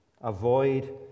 avoid